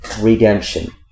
redemption